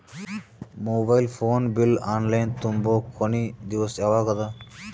Mobile phone bill online ತುಂಬೊ ಕೊನಿ ದಿವಸ ಯಾವಗದ?